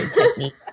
technique